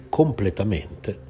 completamente